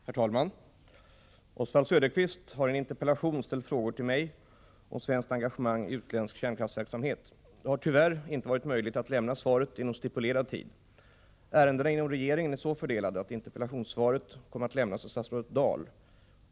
Herr talman! Oswald Söderqvist har i en interpellation ställt frågor till mig om svenskt engagemang i utländsk kärnkraftsverksamhet. Det har tyvärr inte varit möjligt att lämna svaret inom stipulerad tid. Ärendena inom regeringen är så fördelade att interpellationssvaret kommer att lämnas av statsrådet Dahl.